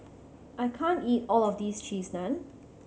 I can't eat all of this Cheese Naan